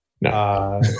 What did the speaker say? No